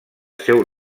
seu